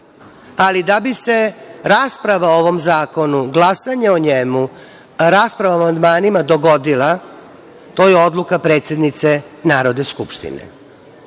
ali da bi se rasprava o ovom zakonu, glasanje o njemu, rasprava o amandmanima dogodila, to je odluka predsednice Narodne skupštine